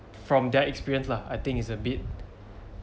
from their experience lah I think it's a bit